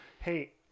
hey